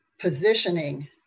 Positioning